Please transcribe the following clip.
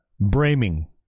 braming